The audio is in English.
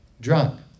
drunk